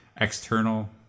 external